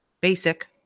basic